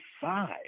five